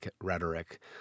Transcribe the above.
rhetoric